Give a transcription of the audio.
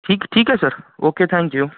ठीक ठीक आहे सर ओके थॅंक्यू